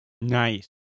Nice